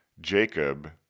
Jacob